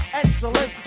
excellent